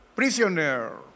Prisoner